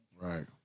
Right